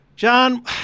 John